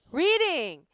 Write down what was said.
reading